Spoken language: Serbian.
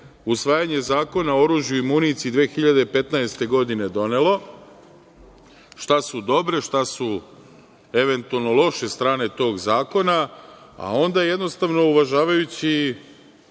usvajanje Zakona o oružju i municiji 2015. godine donelo, šta su dobre, šta su eventualno loše strane tog zakona, a onda jednostavno, uvažavajući